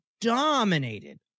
dominated